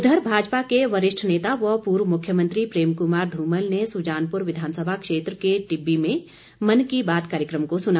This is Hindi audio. उधर भाजपा के वरिष्ठ नेता व पूर्व मुख्यमंत्री प्रेम कुमार धूमल ने सुजानपुर विधानसभा क्षेत्र के टिब्बी में मन की बात कार्यक्रम को सुना